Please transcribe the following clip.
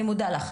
אני מודה לך.